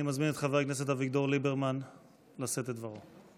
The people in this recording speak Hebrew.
אני מזמין את חבר הכנסת אביגדור ליברמן לשאת את דברו.